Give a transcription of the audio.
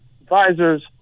advisors